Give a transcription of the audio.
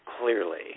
clearly